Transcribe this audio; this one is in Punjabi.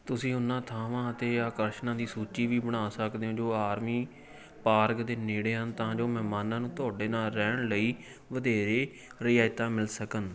ਤੁਸੀਂ ਉਨ੍ਹਾਂ ਥਾਵਾਂ ਅਤੇ ਆਕਰਸ਼ਣਾਂ ਦੀ ਸੂਚੀ ਵੀ ਬਣਾ ਸਕਦੇ ਹੋ ਜੋ ਆਰਮੀ ਪਾਰਕ ਦੇ ਨੇੜੇ ਹਨ ਤਾਂ ਜੋ ਮਹਿਮਾਨਾਂ ਨੂੰ ਤੁਹਾਡੇ ਨਾਲ ਰਹਿਣ ਲਈ ਵਧੇਰੇ ਰਿਆਇਤਾਂ ਮਿਲ ਸਕਣ